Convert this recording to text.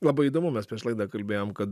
labai įdomu mes prieš laidą kalbėjom kad